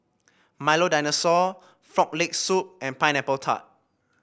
Milo Dinosaur Frog Leg Soup and Pineapple Tart